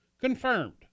Confirmed